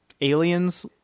Aliens